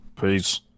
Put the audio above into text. Peace